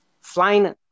flying